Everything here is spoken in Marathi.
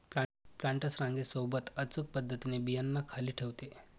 प्लांटर्स रांगे सोबत अचूक पद्धतीने बियांना खाली ठेवते